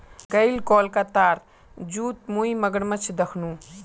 कईल कोलकातार जूत मुई मगरमच्छ दखनू